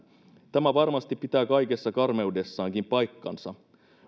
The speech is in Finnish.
tämä varmasti pitää kaikessa karmeudessaankin paikkansa